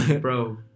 Bro